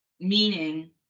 meaning